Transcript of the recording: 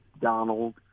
Donald